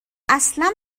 اصلا